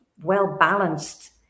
well-balanced